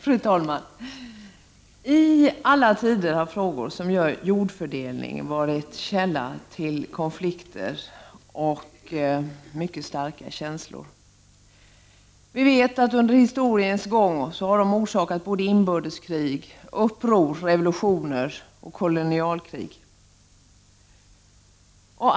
Fru talman! I alla tider har frågor som rör jordfördelningen varit en källa till konflikter och givit upphov till mycket starka känslor. Vi vet att de under historiens gång har orsakat såväl inbördeskrig som uppror, revolutioner och kolonialkrig.